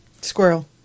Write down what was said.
squirrel